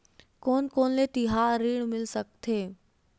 कोन कोन ले तिहार ऋण मिल सकथे?